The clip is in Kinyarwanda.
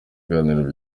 ibiganiro